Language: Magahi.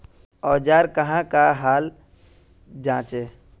औजार कहाँ का हाल जांचें?